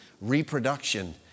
reproduction